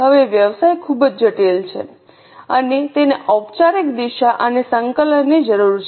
હવે વ્યવસાય ખૂબ જટિલ છે અને તેને ઔપચારિક દિશા અને સંકલનની જરૂર છે